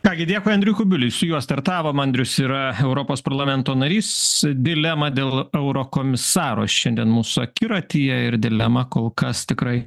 ką gi dėkui andriui kubiliui su juo startavom andrius yra europos parlamento narys dilemą dėl eurokomisaro šiandien mūsų akiratyje ir dilema kol kas tikrai